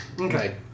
Okay